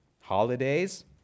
Holidays